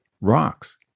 rocks